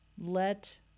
Let